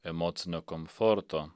emocinio komforto